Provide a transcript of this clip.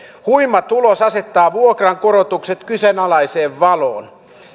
huima tulos asettaa vuokrankorotukset kyseenalaiseen valoon